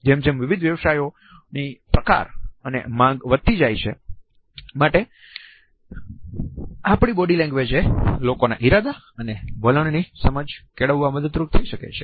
જેમ જેમ વિવિધ વ્યવસાયોના પ્રકાર અને માંગ વધતી જાય છે માટે આપણી બોડી લેંગ્વેજ એ લોકોના ઈરાદા અને વલણની સમજણ કેળવવા મદદરૂપ થઈ શકે છે